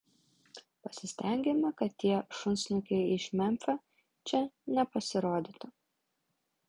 pasistengėme kad tie šunsnukiai iš memfio čia nepasirodytų